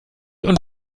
und